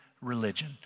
religion